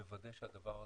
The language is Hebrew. ומוודא שהדבר הזה,